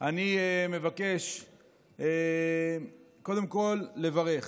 אני מבקש קודם כול לברך